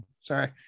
sorry